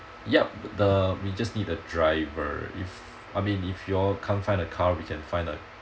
yup the we just need a driver if I mean if y'all can't find a car we can find a